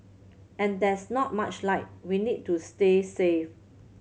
and there's not much light we need to stay safe